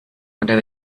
oder